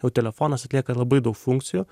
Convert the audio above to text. jau telefonas atlieka labai daug funkcijų